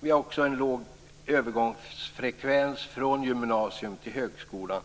Vi har också en låg övergångsfrekvens från gymnasium till högskola.